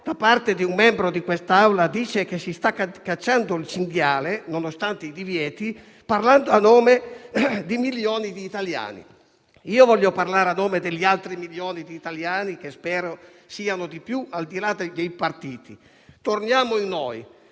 da un membro di quest'Assemblea dice che si sta cacciando il cinghiale, nonostante i divieti, parlando a nome di milioni di italiani. Voglio parlare a nome degli altri milioni di Italiani, che spero siano di più, al di là dei partiti. Torniamo in noi: